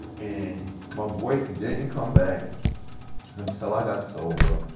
and my voice didn't and come back until i got sober,